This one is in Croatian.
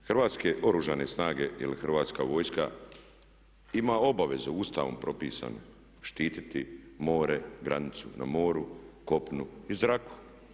Hrvatske oružane snage ili Hrvatska vojska ima obavezu Ustavom propisanu štititi more, granicu na moru, kopnu i zraku.